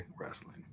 wrestling